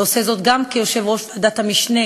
אתה עושה זאת גם כיושב-ראש ועדת המשנה